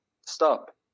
stop